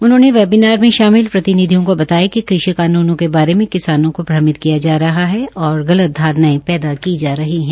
उन्होंने वेबीनार में शामिल प्रतिनिधियों को बताया कि कृषि कानूनों के बारे में किसानों को भ्रमित किया जा रहा है और गलत धारणायें पैदा की जा रही है